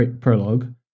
prologue